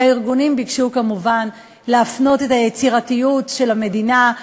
והארגונים ביקשו כמובן להפנות את היצירתיות של המדינה,